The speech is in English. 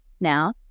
now